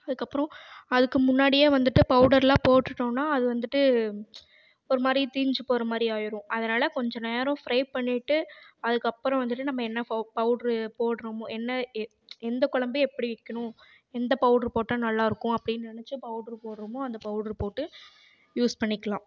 அதுக்கப்புறோம் அதுக்கு முன்னாடியே வந்துட்டு பவுடர்லாம் போட்டுட்டோனால் அது வந்துட்டு ஒரு மாதிரி தீஞ்சு போகிற மாரியாயிடும் அதனால் கொஞ்சம் நேரம் ஃப்ரை பண்ணிவிட்டு அதுக்கப்பறோம் வந்துட்டு நம்ம என்ன பவு பவுட்ரு போடுறோமோ என்ன எந்த கொழம்பு எப்படி வைக்கணும் எந்த பவுட்ரு போட்டா நல்லாயிருக்கும் அப்படினு நினச்சி பவுட்ரு போடுறோமோ அந்த பவுட்ரு போட்டு யூஸ் பண்ணிக்கிலாம்